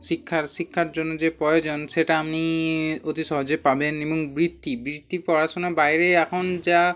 শিক্ষার শিক্ষার জন্য যে প্রয়োজন সেটা আপনি অতি সহজে পাবেন এবং বৃত্তি বৃত্তি পড়াশুনার বাইরে এখন যা